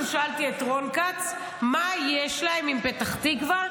שאלתי את רון כץ מה יש להם עם פתח תקווה,